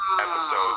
episode